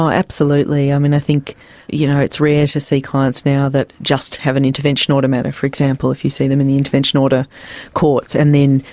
ah absolutely. um and i think you know it's rare to see clients now that just have an intervention order matter, for example, if you see them in the intervention order courts and then,